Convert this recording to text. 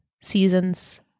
seasons